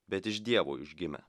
bet iš dievo užgimę